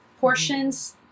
portions